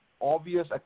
obvious